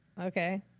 okay